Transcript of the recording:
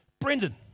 Brendan